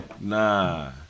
nah